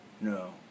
No